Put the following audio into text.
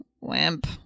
Wimp